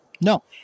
no